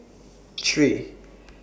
three